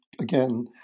Again